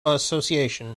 association